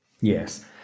Yes